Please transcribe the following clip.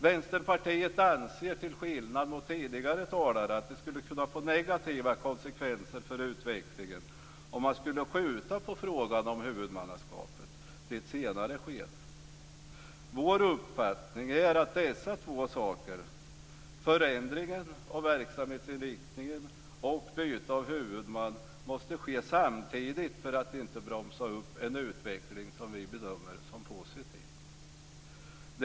Vänsterpartiet anser, till skillnad från tidigare talare, att det skulle kunna få negativa konsekvenser för utvecklingen om man skulle skjuta på frågan om huvudmannaskapet till ett senare tillfälle. Vår uppfattning är att dessa två saker, förändringen av verksamhetsinriktningen och byte av huvudman, måste ske samtidigt för att inte bromsa upp en utveckling som vi bedömer som positiv.